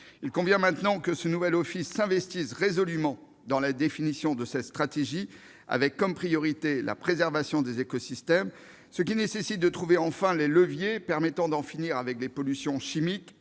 Il convient maintenant que ce nouvel office s'investisse résolument dans la définition de cette stratégie, avec comme priorité la préservation des écosystèmes. Cela nécessite de trouver enfin les leviers permettant d'en finir avec les pollutions chimiques